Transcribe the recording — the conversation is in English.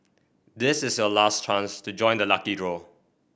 this is your last chance to join the lucky draw